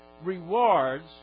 rewards